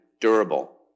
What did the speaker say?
durable